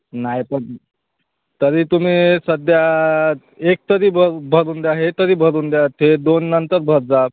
नाही पण तरी तुम्ही सध्या एक तरी भर भरून द्या हे तरी भरून द्या ते दोन नंतर भर जा